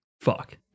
fuck